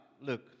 look